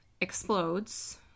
explodes